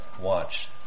watch